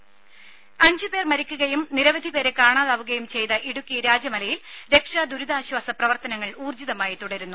രേര അഞ്ചു പേർ മരിക്കുകയും നിരവധി പേരെ കാണാതാവുകയും ചെയ്ത ഇടുക്കി രാജാമലയിൽ രക്ഷാ ദുരിതാശ്വാസ പ്രവർത്തനങ്ങൾ ഊർജ്ജിതമായി തുടരുന്നു